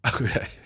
Okay